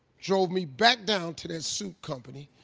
drove me back down to that suit company,